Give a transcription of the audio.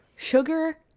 Sugar